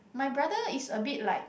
my brother is a bit like